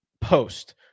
post